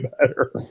better